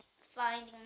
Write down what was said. finding